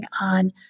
on